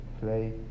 play